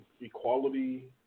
equality